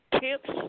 Tips